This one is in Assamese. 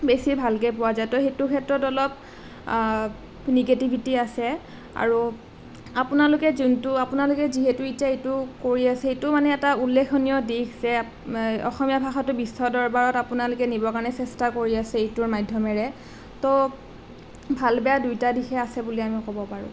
বেছি ভালকৈ পোৱা যায় তো সেইটো ক্ষেত্ৰত অলপ নিগেটিভিটি আছে আৰু আপোনালোকে যোনটো আপোনালোকে যিহেতু এতিয়া এইটো কৰি আছে এইটো মানে এটা উল্লেখনীয় দিশ যে অসমীয়া ভাষাটো বিশ্বদৰবাৰত আপোনালোকে নিবৰ কাৰণে চেষ্টা কৰি আছে এইটোৰ মাধ্যমেৰে তো ভাল বেয়া দুয়োটা দিশে আছে বুলি আমি ক'ব পাৰোঁ